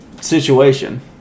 situation